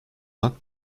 not